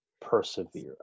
persevere